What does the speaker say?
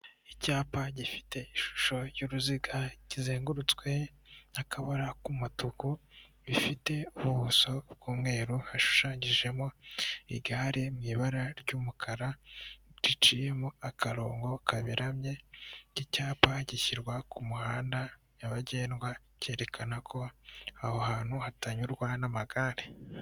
Icyapa gifite ishusho y'uruziga, kizengurutswe n'akabara k'umutuku, gifite ubuso bw'umweru hashushanyijemo igare mu ibara ry'umukara, riciyemo akarongo kaberamye iki cyapa gishyirwa ku muhanda nyabagendwa kerekana ko aho hantu hatanyurwa n'amagare.